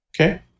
okay